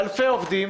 אלפי עובדים